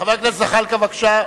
חבר הכנסת זחאלקה, בבקשה.